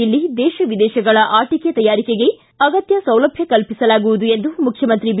ಇಲ್ಲಿ ದೇಶವಿದೇಶಗಳ ಆಟಕೆ ತಯಾರಕರಿಗೆ ಅಗತ್ತ ಸೌಲಭ್ಣ ಕಲ್ಪಿಸಲಾಗುವುದು ಎಂದು ಮುಖ್ಯಮಂತ್ರಿ ಬಿ